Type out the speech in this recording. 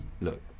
Look